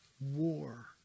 war